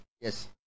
Yes